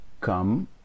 come